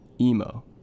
emo